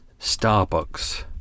Starbucks